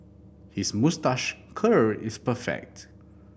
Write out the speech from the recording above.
his moustache curl is perfect